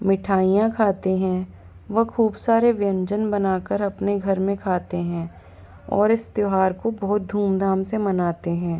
मिठाईया खाते हैं व खूब सारे व्यंजन बना कर अपने घर में खाते हैं और इस त्योहार को बहुत धूम धाम से मनाते हैं